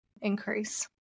increase